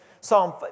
Psalm